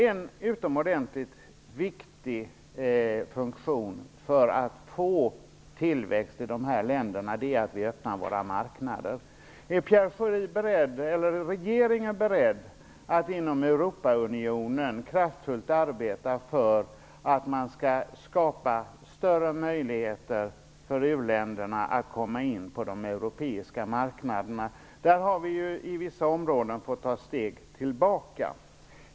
En utomordentlig viktig funktion för att få tillväxt i dessa länder är att vi öppnar våra marknader. Är regeringen beredd att inom Europaunionen kraftfullt arbeta för att skapa större möjligheter för u-länderna att komma in på de europeiska marknaderna? Där har vi på vissa områden fått ta steg tillbaka.